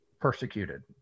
persecuted